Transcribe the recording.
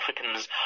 Africans